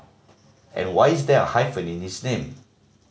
and why is there a hyphen in his name